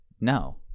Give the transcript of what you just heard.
No